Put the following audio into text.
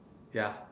ya